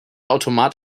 automat